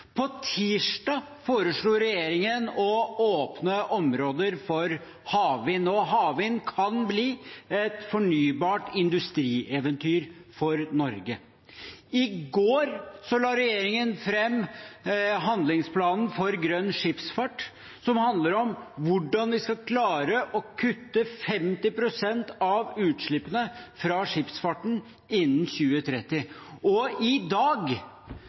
På tirsdag foreslo regjeringen å åpne områder for havvind, og havvind kan bli et fornybart industrieventyr for Norge. I går la regjeringen fram handlingsplanen for grønn skipsfart, som handler om hvordan vi skal klare å kutte 50 pst. av utslippene fra skipsfarten innen 2030. Og i dag